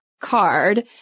card